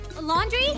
Laundry